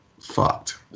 fucked